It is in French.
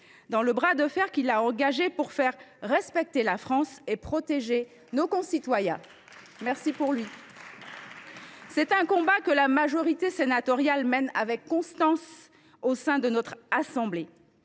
dans le bras de fer qu’il a engagé pour faire respecter la France et protéger nos concitoyens. C’est un combat que la majorité sénatoriale mène avec constance au sein de notre assemblée.